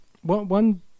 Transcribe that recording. one